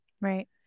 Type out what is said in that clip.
Right